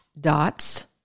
dots